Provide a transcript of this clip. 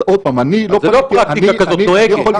אז זאת לא פרקטיקה כזאת נוהגת.